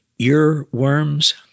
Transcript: earworms